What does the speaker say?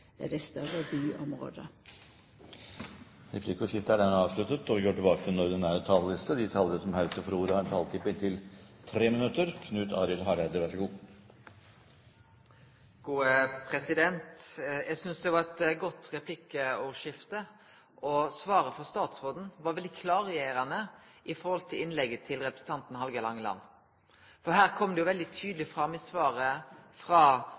dei større byområda. Replikkordskiftet er dermed avsluttet. De talere som heretter får ordet, har en taletid på inntil 3 minutter. Eg synest det var eit godt replikkordskifte, og svaret frå statsråden var veldig klargjerande i forhold til innlegget til representanten Hallgeir H. Langeland, for her kom det veldig tydeleg fram i svaret frå